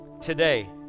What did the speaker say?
Today